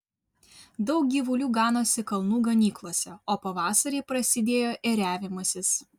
daug gyvulių ganosi kalnų ganyklose o pavasarį prasidėjo ėriavimasis